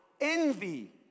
envy